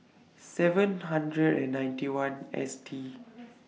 seven hundred and ninety one S T